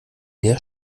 der